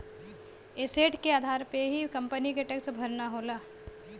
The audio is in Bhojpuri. एसेट के आधार पे ही कंपनी के टैक्स भरना होला